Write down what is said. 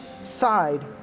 side